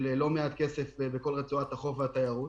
לא מעט כסף בכל רצועת החוף והתיירות.